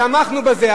תמכנו בזה,